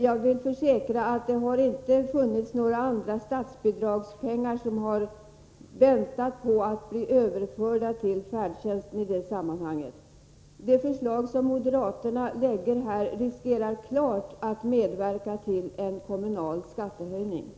Jag vill försäkra att det i det sammanhanget inte har funnits några statsbidragspengar som väntat på att bli överförda till färdtjänsten. Det förslag som moderaterna framlägger skulle, om det antogs, medföra en uppenbar risk för kommunala skattehöjningar.